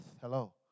Hello